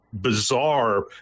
bizarre